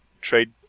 Trade